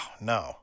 no